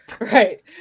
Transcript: Right